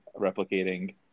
replicating